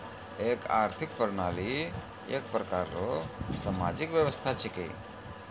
एक आर्थिक प्रणाली एक प्रकार रो सामाजिक व्यवस्था छिकै